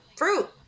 fruit